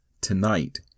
Tonight